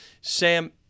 Sam